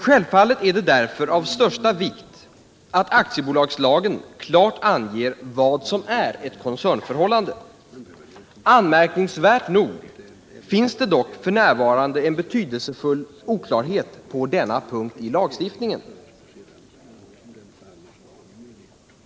Självfallet är det därför av största vikt att aktiebolagslagen klart anger vad som är ett koncernförhållande. Anmärkningsvärt nog finns det dock f.n. en betydelsefull oklarhet på denna punkt i lagen.